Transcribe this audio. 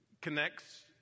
connects